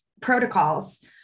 protocols